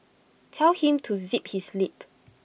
tell him to zip his lip